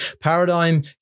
Paradigm